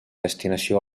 destinació